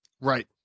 Right